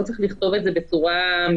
לא צריך לכתוב את זה בצורה מפורשת.